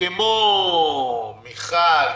כמו מיכל,